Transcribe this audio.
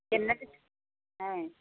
చిన్నది